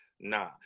Nah